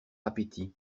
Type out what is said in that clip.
appétit